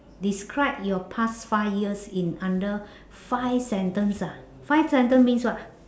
describe your past five years in under five sentence ah five sentence means what